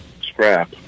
scrap